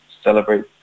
celebrate